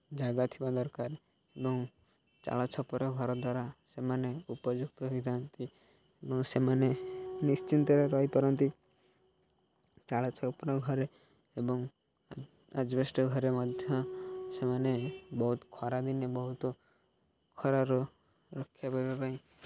ଜାଗା ଥିବା ଦରକାର ଏବଂ ଚାଳ ଛପର ଘର ଦ୍ୱାରା ସେମାନେ ଉପଯୁକ୍ତ ହୋଇଥାନ୍ତି ଏବଂ ସେମାନେ ନିଶ୍ଚିନ୍ତରେ ରହିପାରନ୍ତି ଚାଳ ଛପର ଘରେ ଏବଂ ଆଜ୍ବେଷ୍ଟ୍ ଘରେ ମଧ୍ୟ ସେମାନେ ବହୁତ ଖରାଦିନେ ବହୁତ ଖରାରୁ ରକ୍ଷା ପାଇବା ପାଇଁ